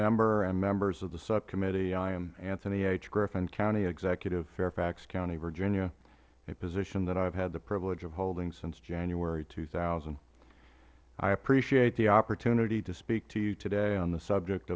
member and members of the subcommittee i am anthony h griffin county executive fairfax county virginia a position that i have had the privilege of holding since january two thousand i appreciate the opportunity to speak to you today on the subject